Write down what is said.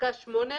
בפסקה (8),